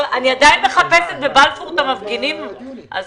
אני עדיין מחפשת בבלפור את המפגינים, אז